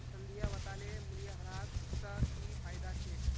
संध्या बताले मूल्यह्रास स की फायदा छेक